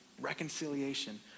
reconciliation